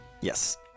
Yes